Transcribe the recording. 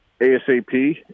ASAP